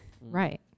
Right